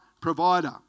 provider